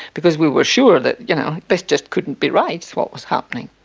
because we were sure that you know this just couldn't be right, what was happening.